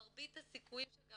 מרבית הסיכויים שגם